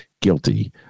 guilty